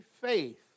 faith